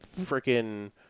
freaking